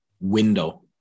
window